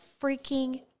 freaking